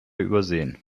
übersehen